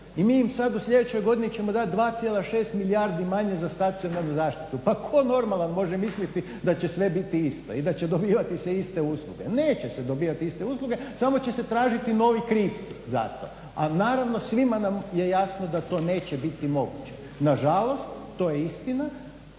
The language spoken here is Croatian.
i mi im sad u sljedećoj godini ćemo dati 2,6 milijardi manje za stacionarnu zaštitu. Pa tko normalan može misliti da će sve biti isto i da će dobivati se iste usluge? Neće se dobivati iste usluge, samo će se tražiti novi krivci za to. A naravno svima nam je jasno da to neće biti moguće. Nažalost, to je istina,